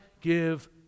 give